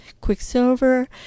Quicksilver